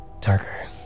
darker